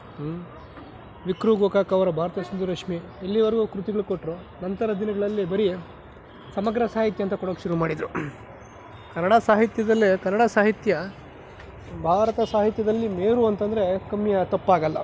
V Kru Gokak ಅವರ ಭಾರತ ಸಿಂಧು ರಶ್ಮಿ ಇಲ್ಲಿವರೆಗೂ ಕೃತಿಗಳು ಕೊಟ್ಟರು ನಂತರ ದಿನಗಳಲ್ಲಿ ಬರಿ ಸಮಗ್ರ ಸಾಹಿತ್ಯ ಅಂತ ಕೊಡೋಕ್ಕೆ ಶುರು ಮಾಡಿದರು ಕನ್ನಡ ಸಾಹಿತ್ಯದಲ್ಲೇ ಕನ್ನಡ ಸಾಹಿತ್ಯ ಭಾರತ ಸಾಹಿತ್ಯದಲ್ಲಿ ಮೇರು ಅಂತಂದರೆ ಕಮ್ಮಿಯ ತಪ್ಪಾಗಲ್ಲ